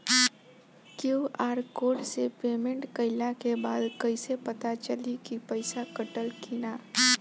QR code से payment कईला के बाद कईसे पता चली की पैसा कटल की ना?